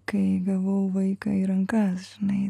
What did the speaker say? kai gavau vaiką į rankas žinai